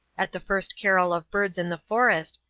at the first carol of birds in the forest,